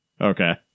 Okay